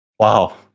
Wow